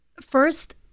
First